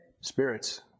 Spirits